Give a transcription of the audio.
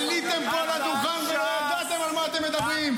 עליתם פה על הדוכן ולא ידעתם על מה אתם מדברים.